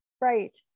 Right